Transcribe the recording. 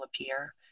appear